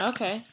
Okay